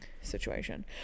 situation